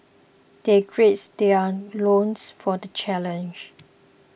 they gird their loins for the challenge